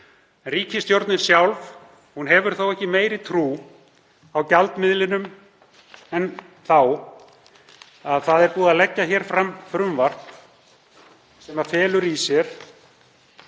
Ríkisstjórnin sjálf hefur þó ekki meiri trú á gjaldmiðlinum en svo að það er búið að leggja fram frumvarp sem felur í sér